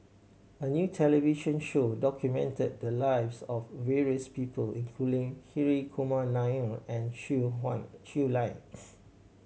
a new television show documented the lives of various people including Hri Kumar Nair and Shui Hun Shui Lans